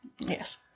Yes